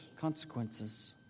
consequences